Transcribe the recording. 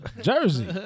Jersey